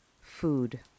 Food